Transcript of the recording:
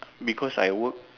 because I work